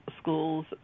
schools –